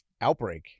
Outbreak